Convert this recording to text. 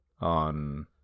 on